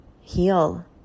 heal